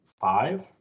five